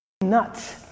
nuts